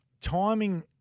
timing